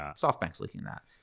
ah softbankaeurs leaking that.